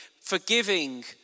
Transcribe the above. forgiving